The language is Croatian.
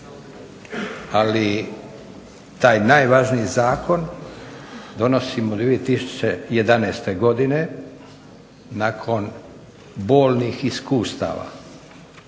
Ali taj najvažniji zakon donosimo 2011. godine nakon bolnih iskustava